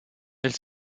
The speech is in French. elle